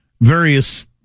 various